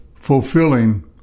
fulfilling